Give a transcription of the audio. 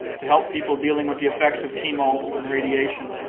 to help people dealing with the effects of chemo and radiation,